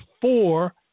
four